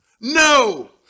No